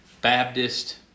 Baptist